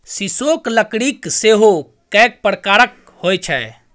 सीसोक लकड़की सेहो कैक प्रकारक होए छै